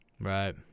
Right